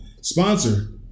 sponsor